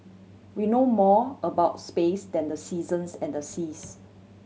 we know more about space than the seasons and the seas